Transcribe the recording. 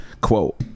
Quote